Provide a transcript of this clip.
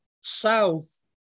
south